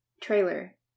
Trailer